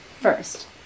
first